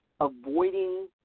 avoiding